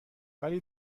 ولی